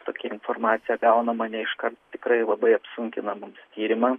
tokia informacija gaunama ne iškart tikrai labai apsunkina mums tyrimą